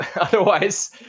Otherwise